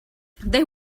they